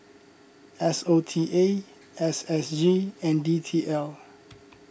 S O T A S S G and D T L